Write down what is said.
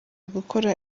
gukora